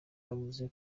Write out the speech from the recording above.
yavuze